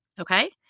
Okay